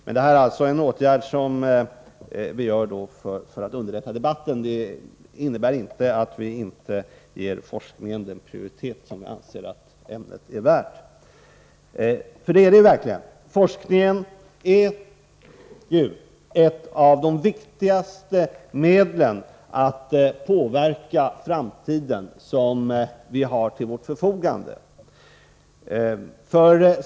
Men den här åtgärden vidtas alltså för att underlätta arbetet i kammaren. Det innebär inte att vi inte ger forskningen den prioritet som vi anser ämnet vara värt, för forskningen är verkligen värd att prioriteras. Forskningen är ju ett av de viktigaste medel som vi har till förfogande när det gäller att påverka framtiden.